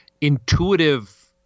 intuitive